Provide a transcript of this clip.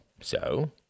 So